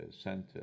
center